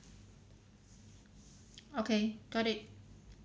okay got it